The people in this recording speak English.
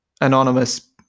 anonymous